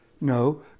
No